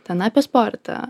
ten apie sportą